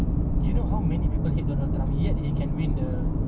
buat that voting campaign dekat L_A